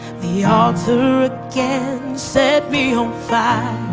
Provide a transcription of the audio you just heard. the altar again set me on fire